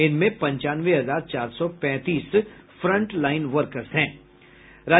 इनमें पंचानवे हजार चार सौ पैंतीस फ्रंट लाईन वर्कर्स शामिल हैं